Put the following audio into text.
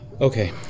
Okay